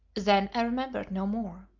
then i remembered no more.